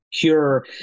cure